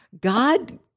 God